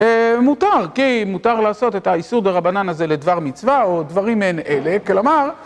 מותר, כי מותר לעשות את האיסור דרבנן הזה לדבר מצווה, או דברים מעין אלה, כלומר...